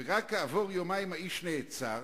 ורק כעבור יומיים האיש נעצר,